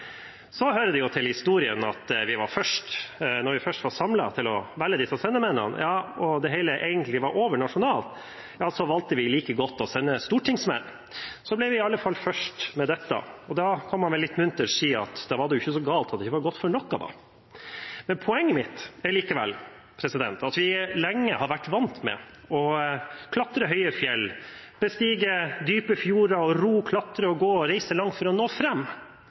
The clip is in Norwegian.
så valgte vi like godt å sende stortingsmenn. Så ble vi i alle fall først med dette, og da kan man vel litt muntert si at da var det ikke så galt at det ikke var godt for noe. Poenget mitt er likevel at vi lenge har vært vant med å bestige høye fjell, krysse dype fjorder og ro, klatre, gå og reise langt for å nå